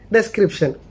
Description